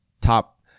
top